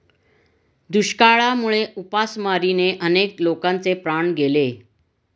दुष्काळामुळे उपासमारीने अनेक लोकांचे प्राण गेले